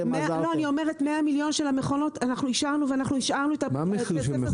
אני אומרת 100 מיליון של המכונות אנחנו אישרנו והשארנו את הכסף הזה.